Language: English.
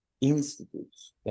institutes